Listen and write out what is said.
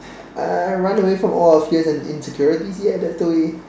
I'll run away from all our fear and insecurities ya that's the way